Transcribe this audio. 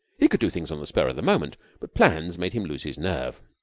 he could do things on the spur of the moment, but plans made him lose his nerve.